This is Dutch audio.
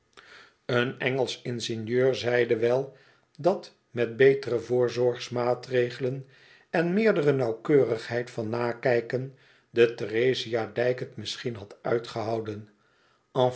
een engelsch ingenieur zeide wel dat met betere voorzorgsmaatregelen en meerdere nauwkeurigheid van nakijken de therezia dijk het misschien had uitgehouden